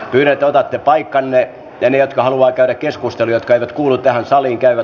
tiet ovat paikanneet jäljet kaulakää keskustelijat eivät kuulu tähän saliin käyvä